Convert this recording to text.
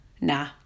Nah